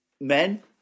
men